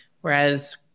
Whereas